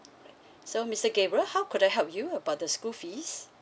so mister gabriel how could I help you about the school fees